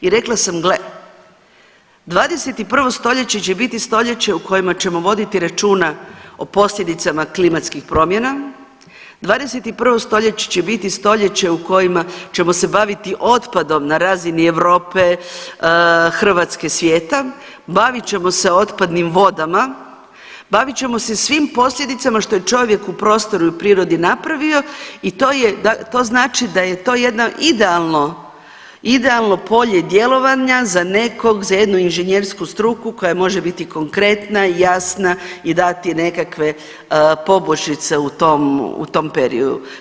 I rekla sam gle 21. stoljeće će biti stoljeće u kojima ćemo voditi računa o posljedicama klimatskih promjena, 21. stoljeće će biti stoljeće u kojima ćemo se baviti otpadom na razini Europe, Hrvatske, svijeta, bavit ćemo se otpadnim vodama, bavit ćemo se svim posljedicama što je čovjek u prostoru i prirodi napravio i to znači da je to jedna idealno polje djelovanja za nekog za jednu inženjersku struku koja može biti konkretna, jasna i dati nekakve poboljšice u tom periodu.